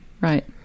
Right